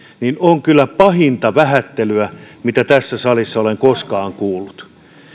eli on kyllä pahinta vähättelyä mitä tässä salissa olen koskaan kuullut